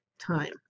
time